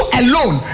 alone